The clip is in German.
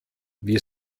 wir